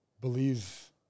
believes